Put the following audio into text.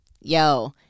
yo